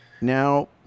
Now